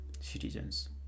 citizens